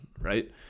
right